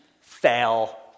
Fail